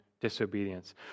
disobedience